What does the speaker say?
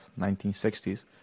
1960s